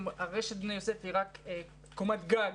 רשת בני יוסף היא בעצם רק קומת גג,